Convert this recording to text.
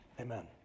Amen